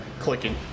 clicking